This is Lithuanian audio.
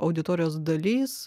auditorijos dalis